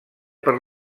per